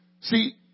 See